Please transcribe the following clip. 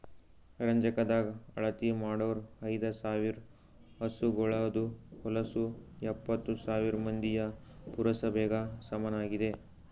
ರಂಜಕದಾಗ್ ಅಳತಿ ಮಾಡೂರ್ ಐದ ಸಾವಿರ್ ಹಸುಗೋಳದು ಹೊಲಸು ಎಪ್ಪತ್ತು ಸಾವಿರ್ ಮಂದಿಯ ಪುರಸಭೆಗ ಸಮನಾಗಿದೆ